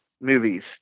movies